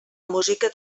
música